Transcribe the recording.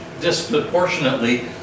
disproportionately